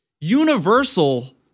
universal